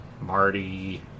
Marty